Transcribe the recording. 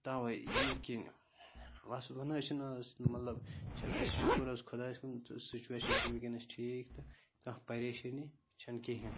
تَوَے ییٚمہِ کِنۍ بَس وۄنۍ نہٕ چھِنہٕ حظ مطلب چھِ أسۍ شُکُر حظ خۄدایَس کُن سِچویشَن چھِ وٕنکٮ۪نَس ٹھیٖک تہٕ کانٛہہ پریشٲنی چھَنہٕ کِہیٖنۍ